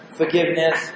forgiveness